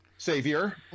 Savior